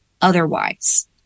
otherwise